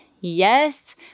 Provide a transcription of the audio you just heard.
yes